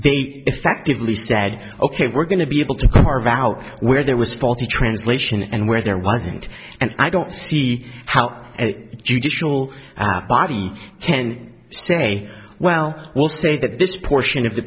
they effectively sad ok we're going to be able to carve out where there was faulty translation and where there wasn't and i don't see how a judicial body can say well we'll say that this portion of the